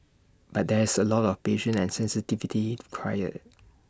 but there's A lot of patience and sensitivity required